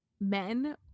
men